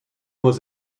was